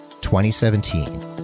2017